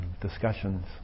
discussions